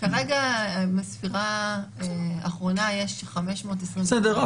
כרגע בספירה האחרונה יש 520 ומשהו --- בסדר.